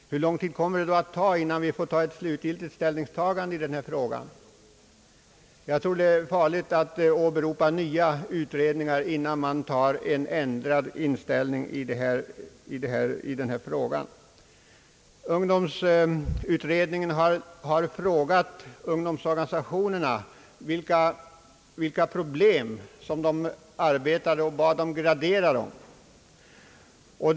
Hur lång tid kommer det att ta, innan det sker ett slutgiltigt ställningstagande? Jag tror att det är farligt att vänta på nya utredningar, innan en ändrad inställning kan komma till uttryck i den här frågan. Ungdomsutredningen har frågat ungdomsorganisationerna vilka problem de har att brottas med och bett dem att gradera dessa.